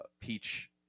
peach